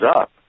up